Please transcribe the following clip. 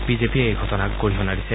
বিজেপিয়ে এই ঘটনাক গৰিহণা দিছে